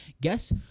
guess